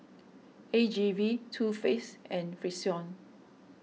A G V Too Faced and Frixion